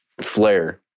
flare